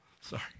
Sorry